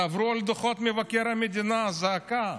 תעברו על דוחות מבקר המדינה, זעקה.